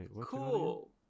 cool